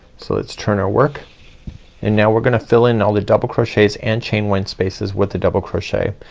so, let's turn our work and now we're gonna fill in all the double crochets and chain one spaces with a double crochet.